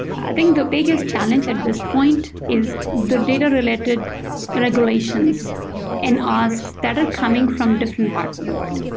i think the biggest challenge at this point is the data related regulations and asks that are coming from different parts of the world.